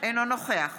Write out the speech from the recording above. אינו נוכח